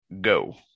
go